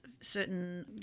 certain